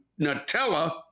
Nutella